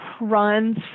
runs